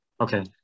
Okay